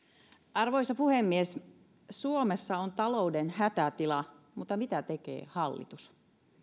arvoisa puhemies suomessa on talouden hätätila mutta mitä tekee hallitus